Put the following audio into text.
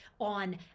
on